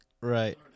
Right